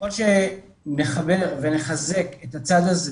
ככל שנחבר ונחזק את הצד הזה